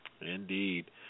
indeed